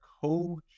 coach